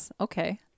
Okay